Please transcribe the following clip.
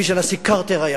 כפי שהנשיא קרטר היה,